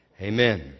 Amen